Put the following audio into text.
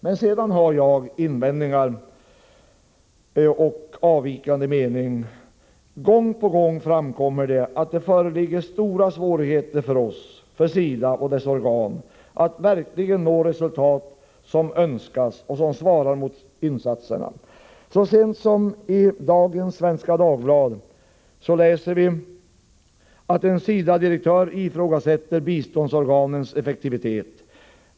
Men sedan har jag invändningar och en avvikande mening att anföra. Gång på gång framkommer det att det föreligger stora svårigheter för oss, för SIDA och för dess organ, att verkligen nå resultat som önskas och som svarar mot insatserna. Så sent som i dagens nummer av Svenska Dagbladet läser vi att en SIDA-direktör ”ifrågasätter biståndsorganets effektivitet”.